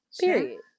period